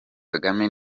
kagame